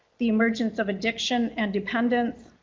the emergence of addiction and dependence,